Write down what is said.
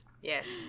yes